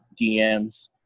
DMs